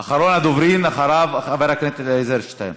אחרון הדוברים, אחריו, חבר הכנסת אלעזר שטרן.